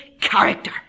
character